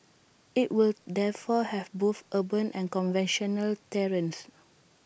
IT will therefore have both urban and conventional terrain